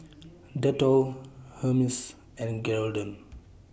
Dettol Hermes and Geraldton